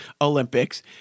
Olympics